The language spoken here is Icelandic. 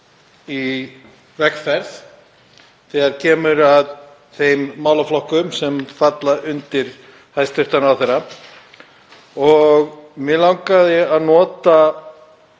í vegferð þegar kemur að þeim málaflokkum sem falla undir hæstv. ráðherra. Mig langaði að nota